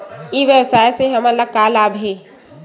ई व्यवसाय से हमन ला का लाभ हे?